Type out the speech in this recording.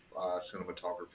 cinematography